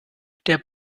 der